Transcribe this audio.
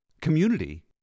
community